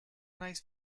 nice